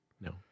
no